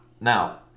Now